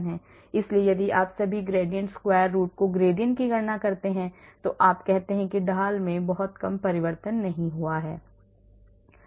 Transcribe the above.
इसलिए आप सभी gradient square root को gradient की गणना करते हैं तो आप कहते हैं कि ढाल में बहुत कम परिवर्तन नहीं हुआ है